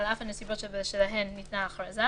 על אף הנסיבות שבשלהן ניתנה ההכרזה,